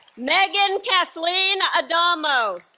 megan kathleen adamo